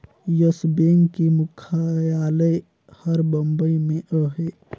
yes bank के मुख्यालय हर बंबई में अहे